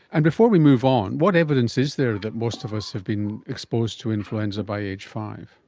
and before we move on, what evidence is there that most of us have been exposed to influenza by aged five?